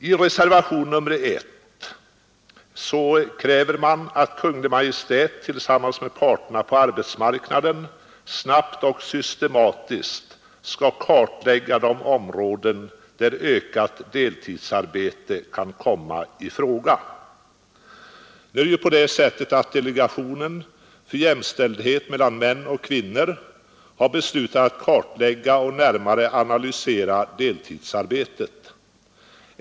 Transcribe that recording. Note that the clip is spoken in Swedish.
I reservationen 1 krävs att Kungl. Maj:t tillsammans med parterna på arbetsmarknaden snabbt och systematiskt skall kartlägga de områden där ökat deltidsarbete kan komma i fråga. Nu har delegationen för jämställdhet mellan män och kvinnor beslutat kartlägga och närmare analysera deltidsarbetet.